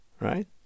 right